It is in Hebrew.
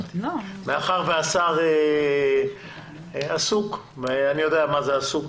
מאחר והשר עסוק, ואני יודע מה זה עסוק,